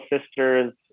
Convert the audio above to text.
sisters